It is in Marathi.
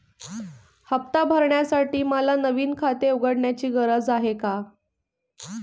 हफ्ता भरण्यासाठी मला नवीन खाते उघडण्याची गरज आहे का?